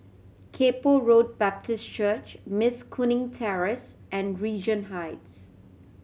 Kay Poh Road Baptist Church Mas Kuning Terrace and Regent Heights